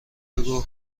بگو